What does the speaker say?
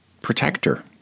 protector